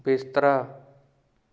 ਬਿਸਤਰਾ